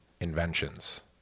inventions